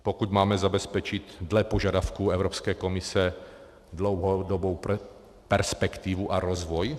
Pokud máme zabezpečit dle požadavků Evropské komise dlouhodobou perspektivu a rozvoj?